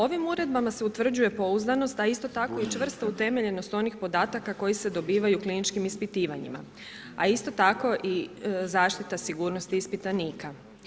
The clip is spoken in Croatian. Ovim uredbama se utvrđuje pouzdanost da isto tako učvrste utemeljenost onih podataka koji se dobivaju kliničkim ispitivanjima a isto tako i zaštita sigurnosti ispitanika.